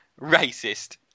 racist